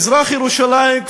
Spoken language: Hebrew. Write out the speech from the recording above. מזרח-ירושלים,